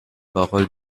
paroles